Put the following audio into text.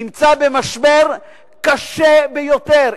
נמצא במשבר קשה ביותר.